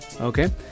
Okay